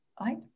right